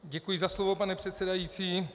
Děkuji za slovo, pane předsedající.